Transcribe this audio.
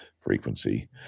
frequency